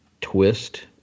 twist